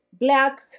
black